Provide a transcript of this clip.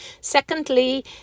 Secondly